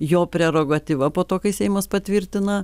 jo prerogatyva po to kai seimas patvirtina